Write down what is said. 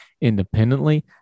independently